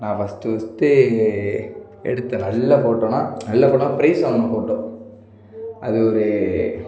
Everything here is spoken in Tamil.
நான் ஃபஸ்ட்டு ஃபஸ்ட்டு எ எடுத்த நல்ல ஃபோட்டோன்னா நல்ல ஃபோட்டோன்னா ஃப்ரைஸ் வாங்கின ஃபோட்டோ அது ஒரு